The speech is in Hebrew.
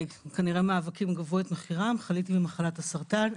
כנראה המאבקים גבו את מחירם חליתי במחלת הסרטן.